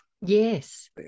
Yes